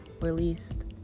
released